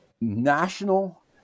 national